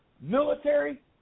military